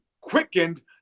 quickened